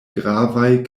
gravaj